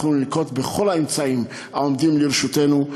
אנחנו ננקוט את כל האמצעים העומדים לרשותנו.